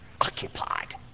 occupied